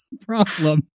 problem